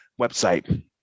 website